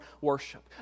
worship